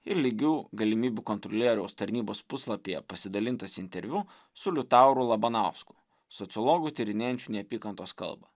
ir lygių galimybių kontrolieriaus tarnybos puslapyje pasidalintas interviu su liutauru labanausku sociologu tyrinėjančiu neapykantos kalbą